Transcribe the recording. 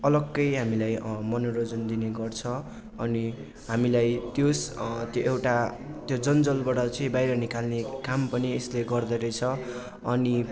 अलग्गै हामीलाई मनोरञ्जन दिने गर्छ अनि हामीलाई त्यस त्यो एउटा त्यो जन्जालबाट चाहिँ बाहिर निकाल्ने काम पनि यसले गर्दोरहेछ अनि